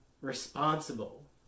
responsible